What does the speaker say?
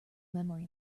memory